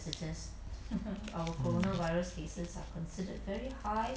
ya